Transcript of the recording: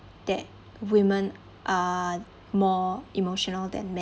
that women are more emotional than